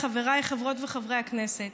חבריי חברות וחברי הכנסת: